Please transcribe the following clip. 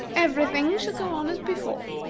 every thing shall go on as before,